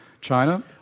China